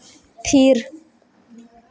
ᱛᱷᱤᱨ